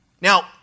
Now